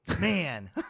man